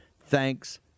Thanks